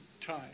time